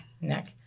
Neck